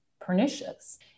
pernicious